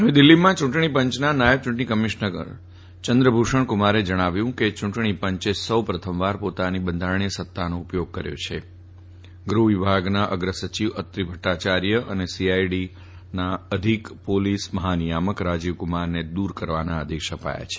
નવી દિલ્ફીમાં નાયબ ચૂંટણી કમિશનર ચંદ્રભૂષણ કુમારે જણાવ્યું કેચૂંટણી પંચે સૌપ્રથમવાર પોતાની બંધારણીય સત્તાનો ઉપયોગ કર્યો છે આ ઉપરાંત ગૃફ વિભાગના અગ્રસચિવ અત્રી ભદ્દાચાર્ય અને સીઆઈડી અઘિક પોલીસ મફાનિયામક રાજીવકુમારને દૂર કરવાના આદેશ આપ્યા છે